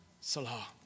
Salah